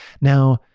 Now